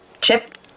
Chip